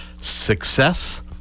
Success